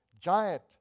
giant